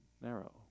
narrow